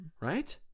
right